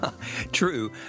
True